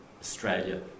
Australia